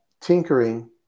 tinkering